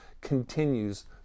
continues